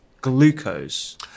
glucose